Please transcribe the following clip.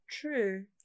True